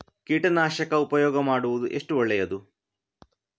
ಕೀಟನಾಶಕ ಉಪಯೋಗ ಮಾಡುವುದು ಎಷ್ಟು ಒಳ್ಳೆಯದು?